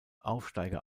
aufsteiger